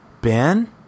Ben